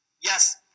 Yes